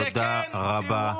זה כן -- תודה רבה.